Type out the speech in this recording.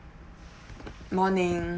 morning